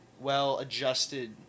well-adjusted